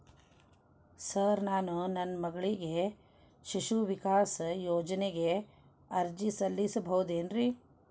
Sir ನಾನು ನನ್ನ ಮಗಳಿಗೆ ಶಿಶು ವಿಕಾಸ್ ಯೋಜನೆಗೆ ಅರ್ಜಿ ಸಲ್ಲಿಸಬಹುದೇನ್ರಿ?